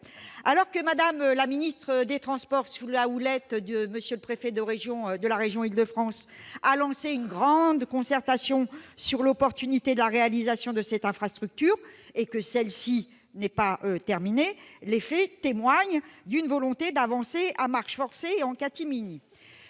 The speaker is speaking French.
Alors que Mme la ministre chargée des transports, sous la houlette de M. le préfet de la région d'Ile-de-France, a lancé une grande concertation sur l'opportunité de la réalisation de cette infrastructure, et que celle-ci n'est pas terminée, les faits témoignent d'une volonté d'avancer à marche forcée et en catimini.